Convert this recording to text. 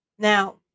Now